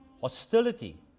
hostility